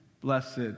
Blessed